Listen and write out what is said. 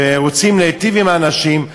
שרוצות להיטיב עם האנשים,